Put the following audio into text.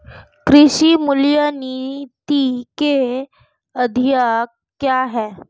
कृषि मूल्य नीति के उद्देश्य क्या है?